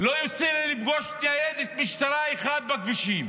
לא יוצא לי לפגוש ניידת משטרה אחת בכבישים.